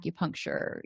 acupuncture